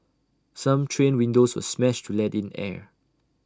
some train windows were smashed to let in air